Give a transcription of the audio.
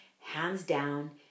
hands-down